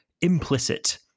implicit